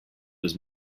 was